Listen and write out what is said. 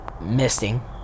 misting